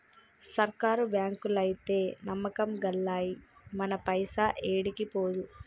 సర్కారు బాంకులైతే నమ్మకం గల్లయి, మన పైస ఏడికి పోదు